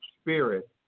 spirit